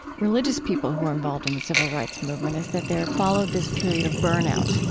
religious people who are involved in the civil rights movement is that they are followed this period of burnout. you